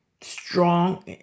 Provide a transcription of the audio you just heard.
Strong